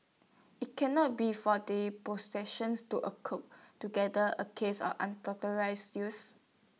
IT cannot be for the prosecution to A cope together A case of unauthorised use